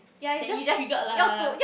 ya you just triggered lah